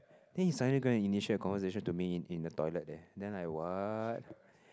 then he suddenly go and initiate a conversation to me in in the toilet there then I what